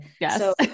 Yes